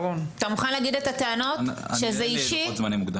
אתה מוכן להגיד את הטענות, שזה אישי?